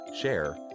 share